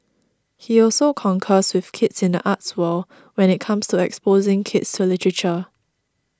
he also concurs with kids in the arts world when it comes to exposing kids to literature